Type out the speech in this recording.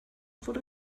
wurde